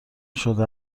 شده